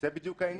זה בדיוק העניין.